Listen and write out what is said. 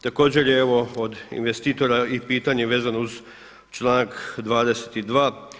Također je evo od investitora i pitanje vezano uz članak 22.